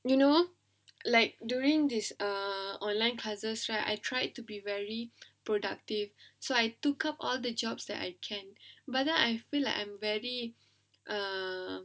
you know like during this err online classes right I try to be very productive so I took up all the jobs that I can but then I feel like I'm very err